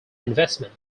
investment